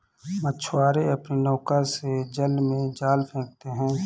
मछुआरे अपनी नौका से जल में जाल फेंकते हैं